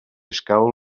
escau